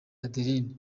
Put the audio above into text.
adeline